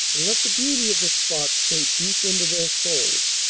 and let the beauty of the spot sink deep into their souls.